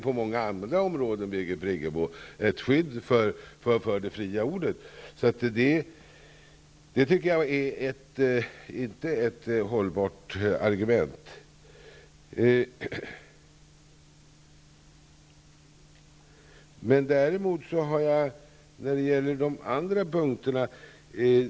På många andra områden, Birgit Friggebo, har vi ju ett skydd för det fria ordet, så de argument som anförts mot en lag är inte hållbara.